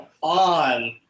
on